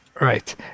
Right